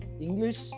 English